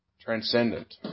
transcendent